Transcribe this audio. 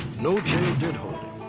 no jail did hold